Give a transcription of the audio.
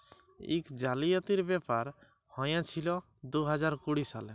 ইক জালিয়াতির ব্যাপার হঁইয়েছিল দু হাজার কুড়ি সালে